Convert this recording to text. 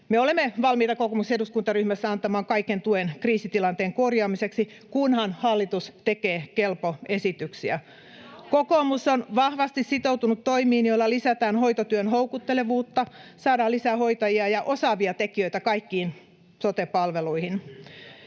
Me olemme valmiina kokoomuksen eduskuntaryhmässä antamaan kaiken tuen kriisitilanteen korjaamiseksi, kunhan hallitus tekee kelpo esityksiä. [Maria Guzenina: Entä alueiden budjetit?] Kokoomus on vahvasti sitoutunut toimiin, joilla lisätään hoitotyön houkuttelevuutta, saadaan lisää hoitajia ja osaavia tekijöitä kaikkiin sote-palveluihin.